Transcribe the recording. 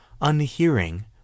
unhearing